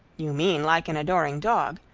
you mean like an adoring dog.